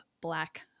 Black